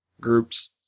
groups